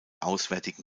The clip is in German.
auswärtigen